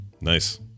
Nice